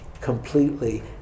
completely